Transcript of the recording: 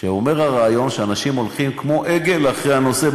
שאומר שאנשים הולכים כמו עגל אחרי הנושא,